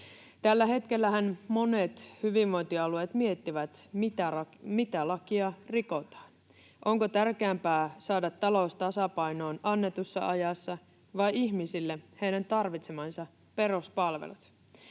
Tällä hetkellähän monet hyvinvointialueet miettivät, mitä lakia rikotaan: onko tärkeämpää saada talous tasapainoon annetussa ajassa vai ihmisille heidän tarvitsemansa peruspalvelut?